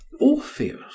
orpheus